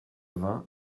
vingts